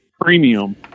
premium